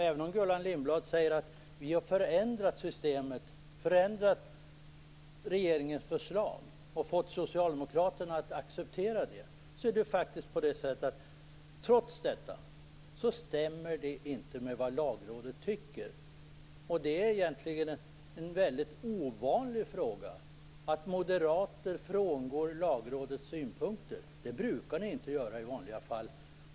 Trots att Gullan Lindblad säger att man har förändrat regeringens förslag och fått Socialdemokraterna att acceptera det, stämmer det inte med vad Lagrådet tycker. Det är egentligen väldigt ovanligt att moderater frångår Lagrådets synpunkter. Det brukar ni inte göra i vanliga fall.